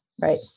Right